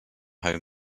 home